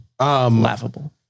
laughable